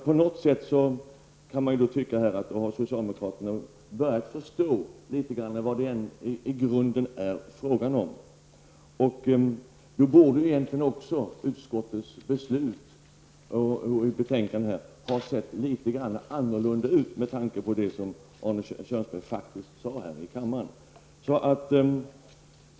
På något sätt kan man tycka att socialdemokraterna nu har börjat förstå litet grand vad det i grunden är fråga om. Då borde ju egentligen också utskottets hemställan i betänkandet ha sett litet annorlunda ut, med tanke på det som Arne Kjörnsberg faktiskt sade här i kammaren.